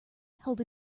held